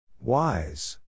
Wise